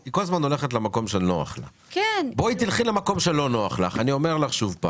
היא כל הזמן הולכת למקום שלא נוח לך אני אומר לך שוב: